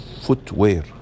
footwear